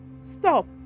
stop